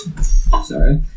Sorry